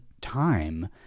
time